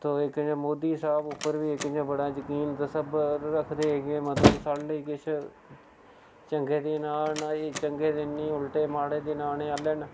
तो इक इ'यां मोदी साह्ब उप्पर बी इक इ'यां बड़ा जकीन तसब्बर रक्खदे हे के मतलब साढ़े लेई किश चंग्गे दिन आने न चंग्गे दिन निं उल्टे माड़े दिन आने आह्ले न